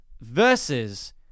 Versus